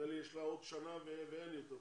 נדמה לי שיש לה עוד שנה ואין יותר כסף.